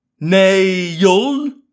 Nail